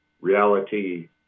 reality